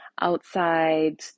outside